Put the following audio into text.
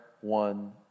one